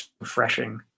refreshing